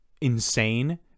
insane